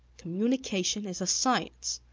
communication is a science!